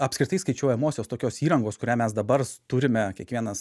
apskritai skaičiuojamosios tokios įrangos kurią mes dabar turime kiekvienas